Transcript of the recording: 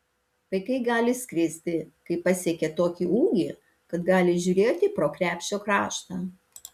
vaikai gali skristi kai pasiekia tokį ūgį kad gali žiūrėti pro krepšio kraštą